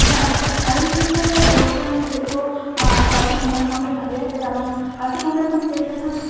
ᱡᱚᱦᱟᱨᱜᱮ ᱟᱞᱤᱝ ᱫᱚᱞᱤᱝ ᱞᱟᱹᱭᱟ ᱡᱳᱜᱽ ᱵᱮᱭᱟᱢ ᱪᱮᱫ ᱫᱚ ᱠᱟᱹᱴᱤᱡ ᱩᱢᱮᱨ ᱠᱷᱚᱱᱜᱮ ᱵᱷᱟᱜᱮᱭᱟ ᱪᱮᱫᱟᱜ ᱵᱟᱝ ᱠᱟᱹᱴᱤᱜ ᱩᱢᱮᱨ ᱠᱷᱚᱱ ᱪᱮᱫ ᱞᱮᱠᱷᱟᱱ